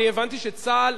אני הבנתי שצה"ל,